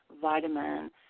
vitamin